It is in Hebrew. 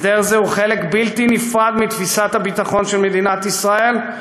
הסדר זה הוא חלק בלתי נפרד מתפיסת הביטחון של מדינת ישראל,